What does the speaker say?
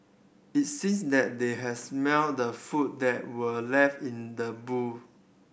it sees that they had smelt the food that were left in the boot